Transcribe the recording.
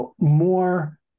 more